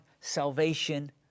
salvation